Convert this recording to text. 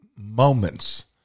moments